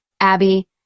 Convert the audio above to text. Abby